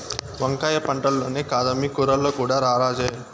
వంకాయ పంటల్లోనే కాదమ్మీ కూరల్లో కూడా రారాజే